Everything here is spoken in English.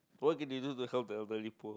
what can you do to help the elderly poor